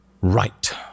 Right